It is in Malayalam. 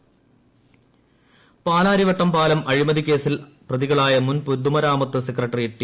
പാലാരിവട്ടം പാലാരിവട്ടം അഴിമതിക്കേസിൽ പ്രതികളായ മുൻ പൊതുമരാമത്ത് സെക്രട്ടറി ടി